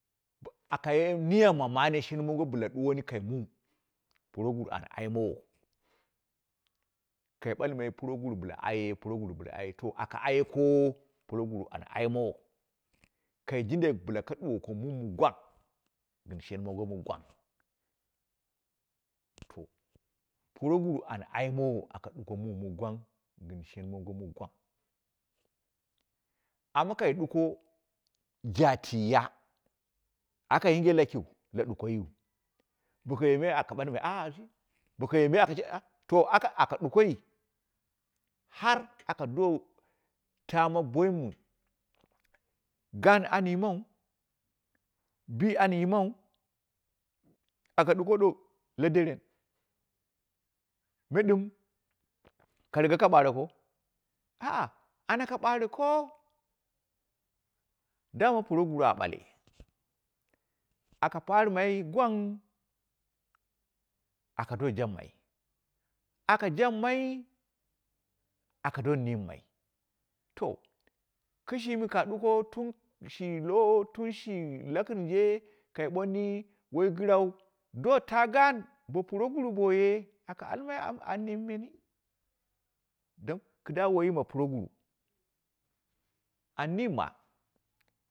Akaye miya ma mane shen monya bnu duwani kai muu, proguru an aimowo, kai balmai proguru bɨla ayaye, proguru bɨla ayaye, to aka aye kowo proguru an aimoyo, kai jindai bɨla ka duwako muum gwam, gɨm shen mungo mɨ gwang to proguru an cimowo aka ɗuko muum gwng gɨn shan mɨ gwang. Amma kai duko jatiiya aka yinge lakiu, la ɗuko u, boka yenge aka bale ah du, buka yileka aka aka to dukoi har aka do tama bomi gaau an yimau, bii an yimau, aka duko do la deren, me dɨm ka riga ka bareko, a a anaku ɓareko ɗamu proguru a bale, aka parimai gwang aka do jabmai, aka jabmai akado neemmai to kɨshi mi ka duko tun shi lowo, tun shi lakɨrje, kai balni wai gɨrau do taa gaan bo proguru boye aka almai an a niimemi don kɨda waiyi ma proguru, an neemma.